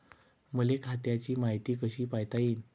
मले खात्याची मायती कशी पायता येईन?